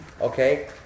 okay